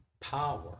power